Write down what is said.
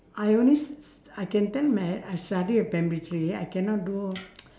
I only s~ s~ I can tell my I study at primary three I cannot do